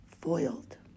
foiled